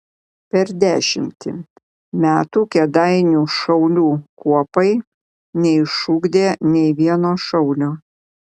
per dešimtį metų kėdainių šaulių kuopai neišugdė nei vieno šaulio